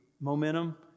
momentum